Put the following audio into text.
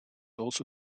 also